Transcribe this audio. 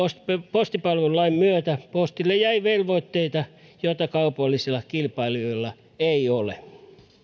postipalvelulain myötä postille jäi velvoitteita joita kaupallisilla kilpailijoilla ei ole